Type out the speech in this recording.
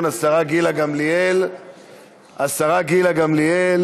תיקונים, בסעיפים שונים,